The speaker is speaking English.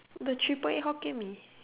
the triple eight Hokkien Mee